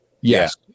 Yes